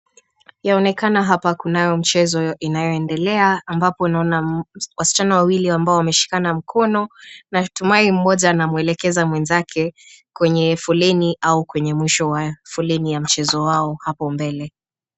Yaonekana hapa kunao mchezo unaoendelea, ambapo naona wasichana wawili ambao wameshikana mkono, natumai mmoja anamwelekeza mwenzake kwenye foleni au kwenye mwisho wa foleni wa mchezo yao hapo mbele.